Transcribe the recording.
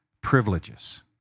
privileges